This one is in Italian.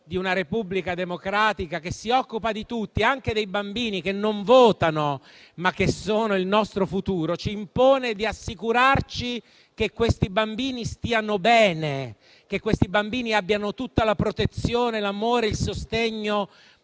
di una Repubblica democratica che si occupa di tutti (anche dei bambini che non votano, ma che sono il nostro futuro), di assicurarci che questi bambini stiano bene e abbiano tutta la protezione, l'amore e il sostegno